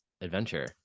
adventure